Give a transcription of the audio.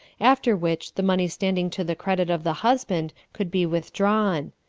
after which the money standing to the credit of the husband could be withdrawn.